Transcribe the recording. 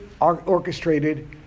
orchestrated